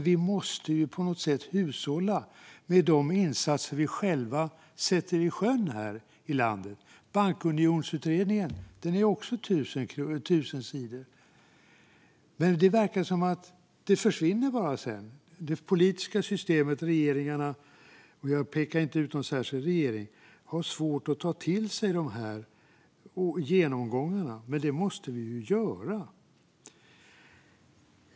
Vi måste på något sätt hushålla med de insatser vi själva sätter i sjön här i landet. Bankunionsutredningen är också på 1 000 sidor. Men det verkar som att det sedan bara försvinner. Det politiska systemet och regeringarna - och jag pekar inte ut någon särskild regering - har svårt att ta till sig de här genomgångarna. Men det måste vi göra!